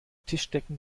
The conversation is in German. tischdecken